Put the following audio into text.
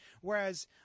Whereas